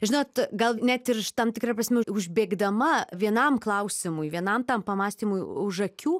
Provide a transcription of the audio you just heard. žinot gal net ir tam tikra prasme užbėgdama vienam klausimui vienam tam pamąstymui už akių